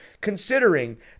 considering